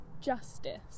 justice